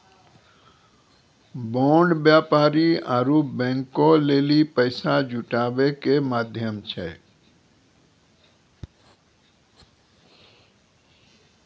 bond व्यापारी आरु बैंको लेली पैसा जुटाबै के माध्यम छै